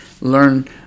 learn